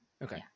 Okay